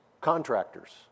contractors